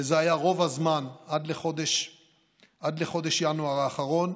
וזה היה רוב הזמן, עד לחודש ינואר האחרון,